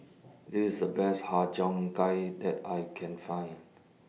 This A Best Har Cheong Gai that I Can Find